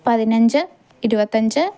പതിനഞ്ച് ഇരുപത്തഞ്ച്